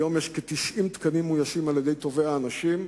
היום יש כ-90 תקנים שמאוישים בטובי האנשים,